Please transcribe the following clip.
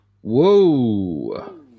whoa